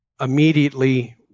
immediately